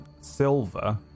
silver